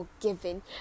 forgiven